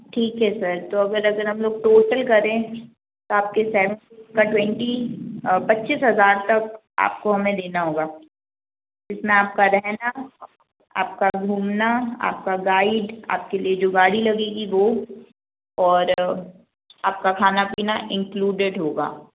ठीक है सर तो अगर अगर हम लोग टोटल करें तो आपके ट्वेंटी पच्चीस हज़ार तक आपको हमें देना होगा इसमें आपका रहना आपका घूमना आपका गाइड आपके लिए जो गाड़ी लगेगी वह और आपका खाना पीना इन्क्लूडेड होगा